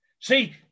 See